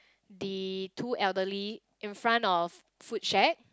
the two elderly in front of food shack